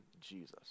Jesus